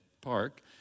Park